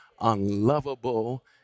unlovable